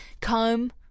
Comb